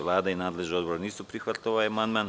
Vlada i nadležni odbor nisu prihvatili ovaj amandman.